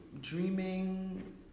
dreaming